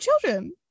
children